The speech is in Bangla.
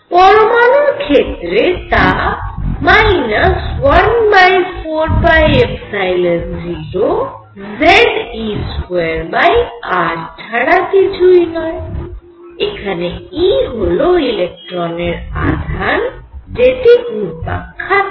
পরমাণুর ক্ষেত্রে তা 14π0Ze2r ছাড়া কিছুই নয় এখানে e হল ইলেকট্রনের আধান যেটি ঘুরপাক খাচ্ছে